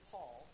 Paul